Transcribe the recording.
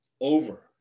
over